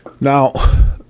Now